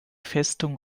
festung